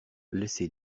laisser